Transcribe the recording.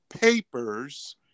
papers